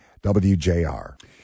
WJR